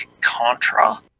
Contra